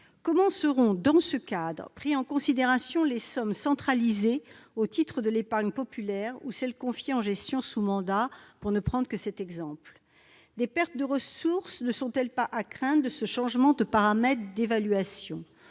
Comment seront, dans ce cadre, prises en considération les sommes centralisées au titre de l'épargne populaire ou celles qui sont confiées en gestion sous mandat, par exemple ? Des pertes de ressources ne sont-elles pas à craindre en raison de ce changement de paramètre d'évaluation ?